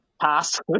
pass